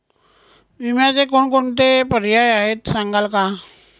विम्याचे कोणकोणते पर्याय आहेत सांगाल का?